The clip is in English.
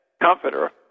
comforter